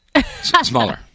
Smaller